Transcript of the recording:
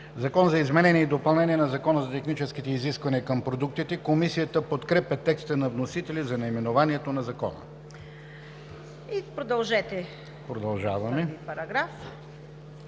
„Закон за изменение и допълнение на Закона за техническите изисквания към продуктите“. Комисията подкрепя текста на вносителя за наименованието на Закона. Комисията